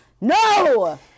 No